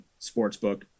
sportsbook